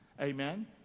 Amen